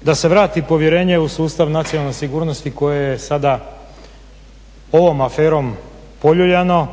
da se vrati povjerenje u sustav nacionalne sigurnosti koje je sada ovom aferom poljuljano,